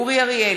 נגד אורי אריאל,